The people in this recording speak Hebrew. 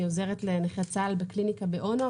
אני עוזרת לנכי צה"ל בקליניקה באונו,